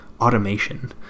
automation